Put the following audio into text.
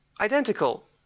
identical